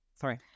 Sorry